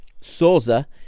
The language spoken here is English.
Souza